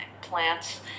Plants